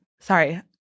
Sorry